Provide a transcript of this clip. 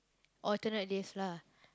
alternate days lah